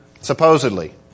supposedly